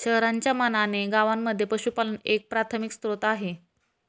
शहरांच्या मानाने गावांमध्ये पशुपालन एक प्राथमिक स्त्रोत आहे